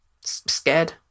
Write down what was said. scared